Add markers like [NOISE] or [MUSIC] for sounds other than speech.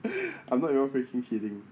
[LAUGHS] I'm not even freaking kidding